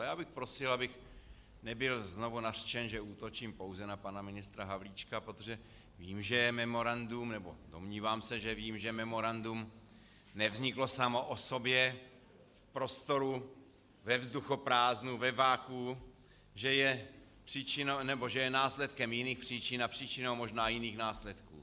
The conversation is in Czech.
Já bych prosil, abych nebyl znovu nařčen, že útočím pouze na pana ministra Havlíčka, protože vím, že je memorandum, nebo domnívám se, že vím, že memorandum nevzniklo samo o sobě v prostoru ve vzduchoprázdnu, ve vakuu, že je následkem jiných příčin a příčinou možná jiných následků.